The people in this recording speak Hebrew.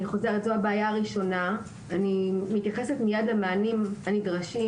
אני מתייחסת מיד למענים הנדרשים.